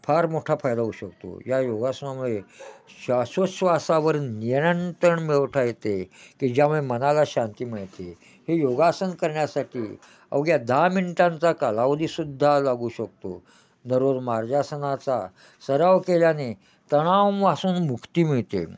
फार मोठा फायदा होऊ शकतो या योगासनामुळे श्वासोच्छवासावर नियनंतण मिळवता येते की ज्यामुळे मनाला शांती मिळते हे योगासन करण्यासाठी अवघ्या दहा मिनटांचा कालावधी सुद्धा लागू शकतो दररोज मार्जारीआसनाचा सराव केल्याने तणावापासून मुक्ती मिळते